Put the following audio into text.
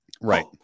Right